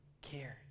cared